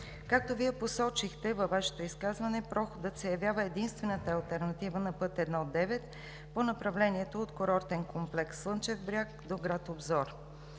Както Вие посочихте във Вашето изказване, проходът се явява единствената алтернатива на път I-9 по направлението от курортен комплекс Слънчев бряг до град Обзор.